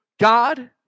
God